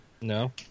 No